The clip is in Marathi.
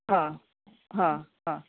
हां हां हां